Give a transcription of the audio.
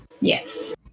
Yes